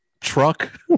truck